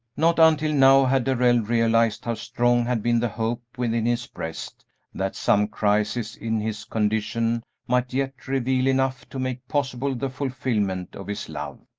not until now had darrell realized how strong had been the hope within his breast that some crisis in his condition might yet reveal enough to make possible the fulfilment of his love.